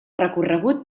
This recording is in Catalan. recorregut